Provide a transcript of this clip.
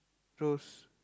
close